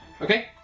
Okay